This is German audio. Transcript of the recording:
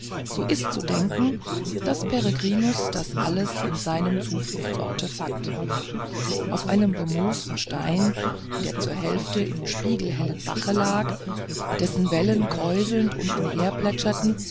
so ist zu denken daß peregrinus das alles an seinem zufluchtsorte fand auf einen bemoosten stein der zur hälfte im spiegelhellen bache lag dessen wellen kräuselnd um ihn her plätscherten